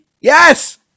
Yes